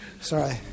Sorry